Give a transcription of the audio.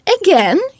again